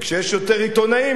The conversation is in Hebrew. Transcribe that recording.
וכשיש יותר עיתונאים,